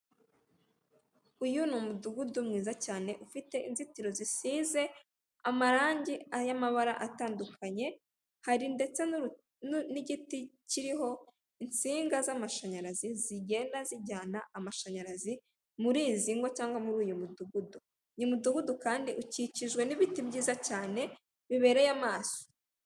Uyu ni umudugudu mwiza cyane, ufite inzitiro zisize amarangi y'amabara atandukanye, hari ndetse n'igiti kiriho insinga z'amashanyarazi, zigenda zijyana amashanyarazi muri izi ngo cyangwa muri uyu mudugudu. Uyu mudugudu kandi ukikijwe n'ibiti byiza cyane bibereye amaso.